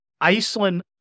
Iceland